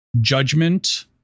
judgment